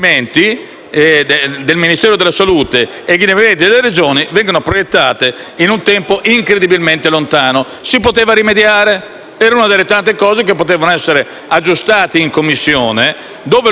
Era una delle tante cose che potevano essere aggiustate in Commissione, dove l'ostruzionismo lo ha fatto la maggioranza. Se la maggioranza, infatti, avesse detto che era disponibile ad accettare, ad esempio, il termine «dichiarazione»